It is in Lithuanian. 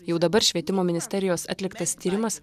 jau dabar švietimo ministerijos atliktas tyrimas